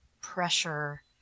pressure